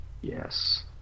Yes